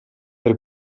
per